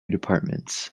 departments